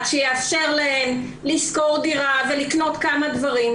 שיאפשר להן לשכור דירה ולקנות כמה דברים,